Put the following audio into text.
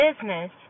business